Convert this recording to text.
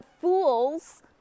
fools